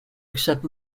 accept